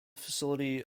facility